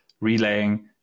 relaying